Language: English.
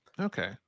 okay